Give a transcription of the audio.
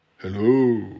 Hello